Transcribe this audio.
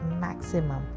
maximum